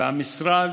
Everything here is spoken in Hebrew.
והמשרד,